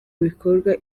bikorwa